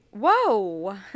Whoa